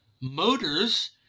motors